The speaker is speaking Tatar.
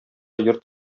йорт